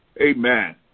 amen